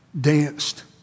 danced